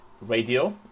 radio